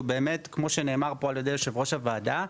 באמת כמו שנאמר פה על ידי יושב ראש הוועדה,